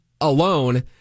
alone